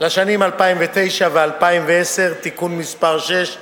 לשנים 2009 ו-2010) (תיקון מס' 6),